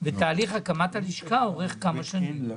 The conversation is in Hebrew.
ותהליך הקמת הלשכה אורך כמה שנים.